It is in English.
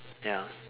ya